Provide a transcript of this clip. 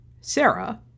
Sarah